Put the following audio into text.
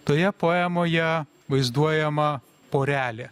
toje poemoje vaizduojama porelė